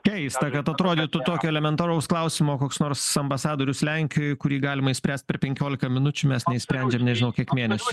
keista kad atrodytų tokio elementaraus klausimo koks nors ambasadorius lenkijoj kurį galima išspręst per penkiolika minučių mes neišsprendžiame nežinau kiek mėnesių